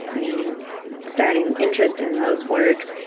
meaning starting interest in those works,